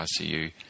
ICU